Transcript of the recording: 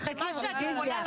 מחרימים, משהו?